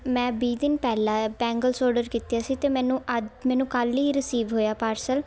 ਮੈਂ ਵੀਹ ਦਿਨ ਪਹਿਲਾਂ ਬੈਂਗਲਸ ਔਡਰ ਕੀਤੇ ਸੀ ਅਤੇ ਮੈਨੂੰ ਅੱ ਮੈਨੂੰ ਕੱਲ੍ਹ ਹੀ ਰਿਸੀਵ ਹੋਇਆ ਪਾਰਸਲ